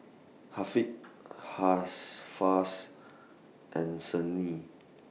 Haziq Hafsa and Senin